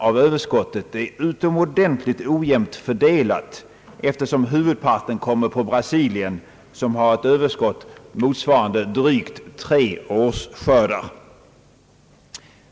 av överskottet är utomordentligt ojämnt fördelad, eftersom huvudparten kommer på Brasilien som har ett överskott motsvarande drygt tre årsskördar.